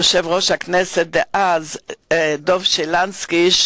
יושב-ראש הכנסת דאז דב שילנסקי,